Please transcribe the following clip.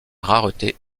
rareté